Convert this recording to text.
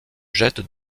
jette